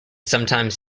sometimes